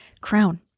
crown